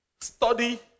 study